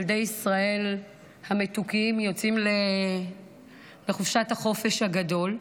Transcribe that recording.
ילדי ישראל המתוקים, יוצאים לחופשת החופש הגדול,